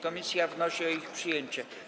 Komisja wnosi o ich przyjęcie.